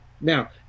Now